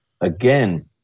again